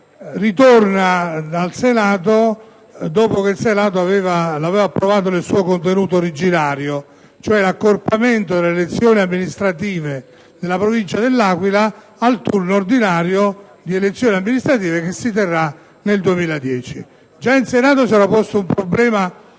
ritorna al Senato dopo che questo ramo del Parlamento lo aveva approvato nel suo contenuto originario, cioè l'accorpamento delle elezioni amministrative nella provincia dell'Aquila al turno ordinario di elezioni amministrative che si terrà nel 2010. Già in Senato si era posto un problema